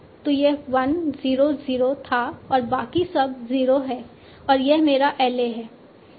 तो यह 1 0 0 था और बाकी सब 0 है और यह मेरा LA है